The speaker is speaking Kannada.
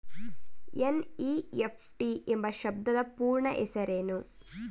ಎನ್.ಇ.ಎಫ್.ಟಿ ಎಂಬ ಶಬ್ದದ ಪೂರ್ಣ ಹೆಸರೇನು?